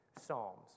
Psalms